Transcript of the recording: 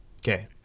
Okay